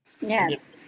Yes